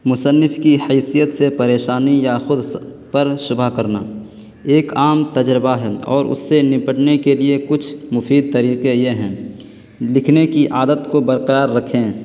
مصنف کی حیثیت سے پریشانی یا خود پر شبہ کرنا ایک عام تجربہ ہے اور اس سے نپٹنے کے لیے کچھ مفید طریقے یہ ہیں لکھنے کی عادت کو برقرار رکھیں